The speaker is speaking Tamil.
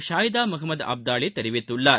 ஷாயிதா முகமது அப்தாலி தெரிவித்துள்ளார்